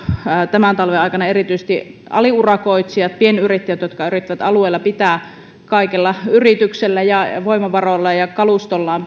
tämän talven aikana erityisesti aliurakoitsijat pienyrittäjät jotka yrittävät alueella pitää kaikella yrityksellä ja ja voimavaroilla ja kalustollaan